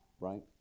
right